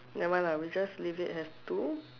never mind lah we just leave it have to